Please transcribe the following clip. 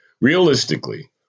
Realistically